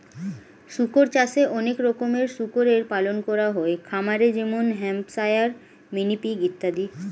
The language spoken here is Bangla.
শুকর চাষে অনেক রকমের শুকরের পালন করা হয় খামারে যেমন হ্যাম্পশায়ার, মিনি পিগ ইত্যাদি